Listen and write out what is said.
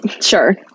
sure